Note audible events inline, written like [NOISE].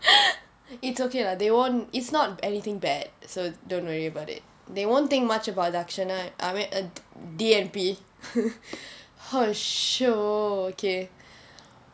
[LAUGHS] it's okay lah they won't it's not anything bad so don't worry about it they won't think much about dakshana I mean D_N_P holy show okay